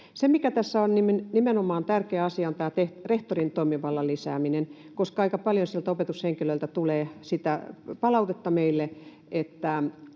Se, mikä tässä on nimenomaan tärkeä asia, on tämä rehtorin toimivallan lisääminen, koska aika paljon opetushenkilöiltä tulee sitä palautetta meille,